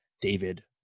david